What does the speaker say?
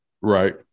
Right